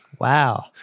Wow